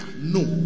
no